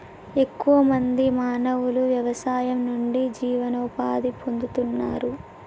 ఎక్కువ మంది మానవులు వ్యవసాయం నుండి జీవనోపాధి పొందుతున్నారు